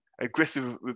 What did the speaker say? aggressive